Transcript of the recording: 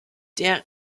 der